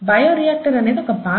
bio reactor అనేది ఒక పాత్ర